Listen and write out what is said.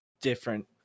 different